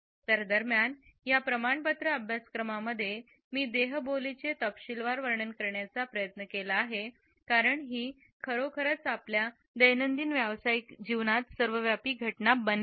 तर दरम्यान या प्रमाणपत्र अभ्यासक्रम मध्ये मी देहबोलीचे तपशीलवार वर्णन करण्याचा प्रयत्न केला आहे कारण ही खरोखरच आपल्या दैनंदिन व्यावसायिक जीवनात सर्वव्यापी घटना बनली आहे